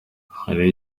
hari